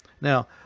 Now